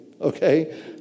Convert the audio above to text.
okay